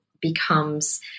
becomes